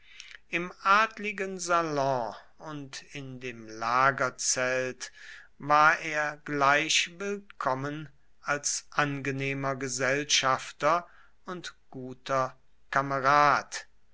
im adligen salon und unter dem lagerzelt war er gleich willkommen als angenehmer gesellschafter und guter kamerad